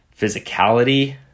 physicality